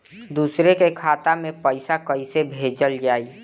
दूसरे के खाता में पइसा केइसे भेजल जाइ?